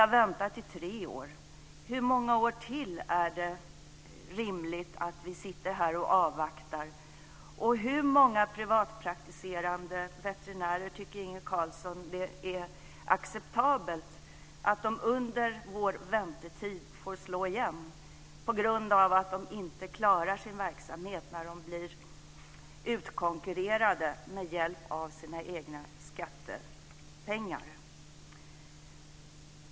Då vill jag fråga: Hur många år till är det rimligt att vi sitter här och avvaktar? Och hur många privatpraktiserande veterinärer tycker Inge Carlsson är acceptabelt under väntetiden får slå igen på grund av att de inte klarar sin verksamhet när de blir utkonkurrerade med hjälp av sina egna skattepengar?